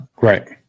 Right